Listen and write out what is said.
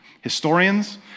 Historians